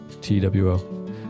T-W-O